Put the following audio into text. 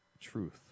truth